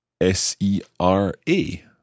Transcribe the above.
S-E-R-A